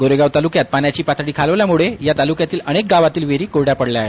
गोरेगाव तालुक्यात पाण्याची पातळी खालावल्यामुळे या तालुक्यातील अनेक गावातील विहारी कोरड्या पडलेल्या आहेत